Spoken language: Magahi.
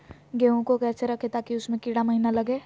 गेंहू को कैसे रखे ताकि उसमे कीड़ा महिना लगे?